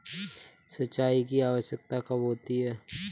सिंचाई की आवश्यकता कब होती है?